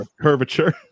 curvature